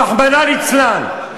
רחמנא ליצלן.